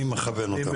מי מכוון אותם?